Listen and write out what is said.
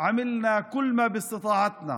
עשינו את כל אשר ביכולתנו